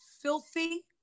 filthy